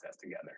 together